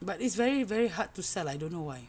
but it's very very hard to sell lah I don't know why